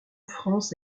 france